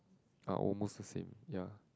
are almost the same ya